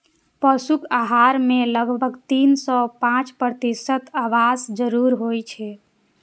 पशुक आहार मे लगभग तीन सं पांच प्रतिशत वसाक जरूरत होइ छै